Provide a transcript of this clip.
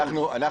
ברור.